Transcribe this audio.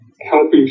helping